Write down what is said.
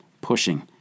pushing